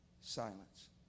silence